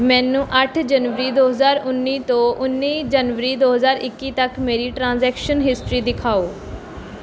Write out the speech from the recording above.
ਮੈਨੂੰ ਅੱਠ ਜਨਵਰੀ ਦੋ ਹਜ਼ਾਰ ਉੱਨੀ ਤੋਂ ਉੱਨੀ ਜਨਵਰੀ ਦੋ ਹਜ਼ਾਰ ਇੱਕੀ ਤੱਕ ਮੇਰੀ ਟ੍ਰਾਂਜੈਕਸ਼ਨ ਹਿਸਟਰੀ ਦਿਖਾਓ